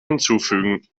hinzufügen